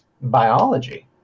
biology